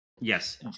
Yes